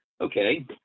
Okay